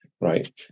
right